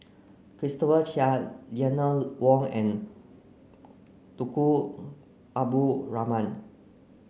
Christopher Chia Eleanor Wong and Tunku Abdul Rahman